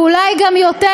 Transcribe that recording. ואולי גם יותר,